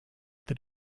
that